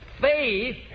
Faith